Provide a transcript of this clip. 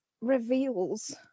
reveals